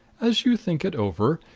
as you think it over,